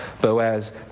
Boaz